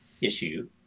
issue